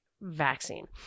vaccine